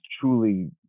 truly